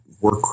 work